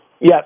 Yes